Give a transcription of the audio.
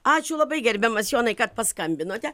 ačiū labai gerbiamas jonai kad paskambinote